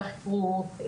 ספרות,